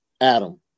Adam